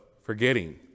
forgetting